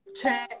c'è